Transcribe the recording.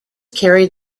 carried